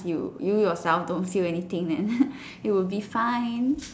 you yourself don't feel anything man it would be fine